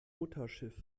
mutterschiff